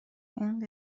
این